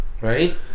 Right